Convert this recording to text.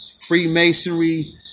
Freemasonry